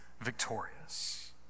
victorious